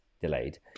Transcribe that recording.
delayed